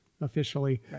officially